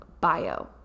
bio